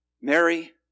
Mary